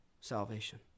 salvation